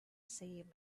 same